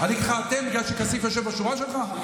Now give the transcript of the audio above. אני אגיד לך "אתם" בגלל שכסיף יושב בשורה שלך?